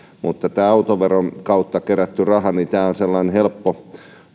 mutta tämän autoveron kautta kerätty raha on sellainen helppo